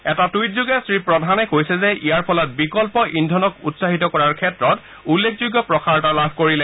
এটা টুইটযোগে শ্ৰী প্ৰধানে কৈছে যে ইয়াৰ ফলত বিকল্প ইন্ধনক উৎসাহিত কৰাৰ ক্ষেত্ৰত উল্লেখযোগ্য প্ৰসাৰতা লাভ কৰিলে